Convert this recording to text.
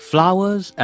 Flowers